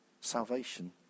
Salvation